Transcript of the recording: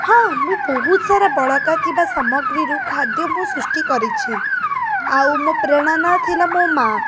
ହଁ ମୁଁ ବହୁତସାରା ବଳକା ଥିବା ସାମଗ୍ରୀରୁ ଖାଦ୍ୟ ମୁଁ ସୃଷ୍ଟି କରିଛି ଆଉ ମୋ ପ୍ରେରଣା ଥିଲା ମୋ ମା'